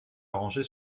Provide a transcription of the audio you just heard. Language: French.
arranger